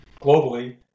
globally